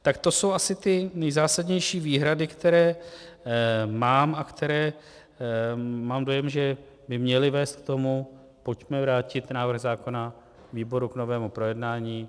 Tak to jsou asi ty nejzásadnější výhrady, které mám a které, mám dojem, že by měly vést k tomu pojďme vrátit návrh zákona výboru k novému projednání.